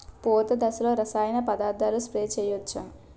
పూత దశలో రసాయన పదార్థాలు స్ప్రే చేయచ్చ?